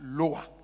lower